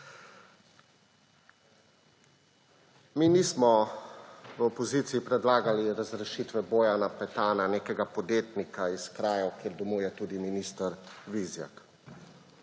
Mi nismo v opozicijo predlagali razrešitve Bojana Petana, nekega podjetnika iz krajev, kjer domuje tudi minister Vizjak.